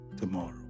tomorrow